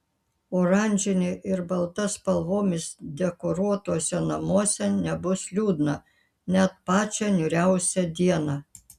oranžine ir balta spalvomis dekoruotuose namuose nebus liūdna net pačią niūriausią dieną